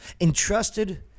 entrusted